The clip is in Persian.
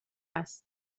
است